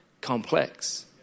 complex